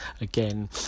again